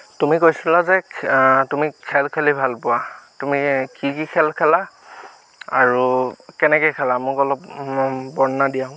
তুমি কৈছিলা যে তুমি খেল খেলি ভাল পোৱা তুমি কি কি খেল খেলা আৰু কেনেকৈ খেলা মোক অলপ বৰ্ণনা দিয়াচোন